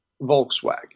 volkswagen